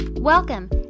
Welcome